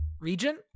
regent